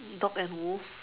dog and wolf